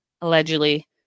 allegedly